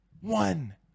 one